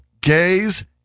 gays